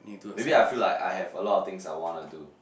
maybe I feel like I have a lot of things I want to do